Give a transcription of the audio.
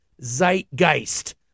zeitgeist